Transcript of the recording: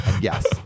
yes